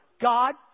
God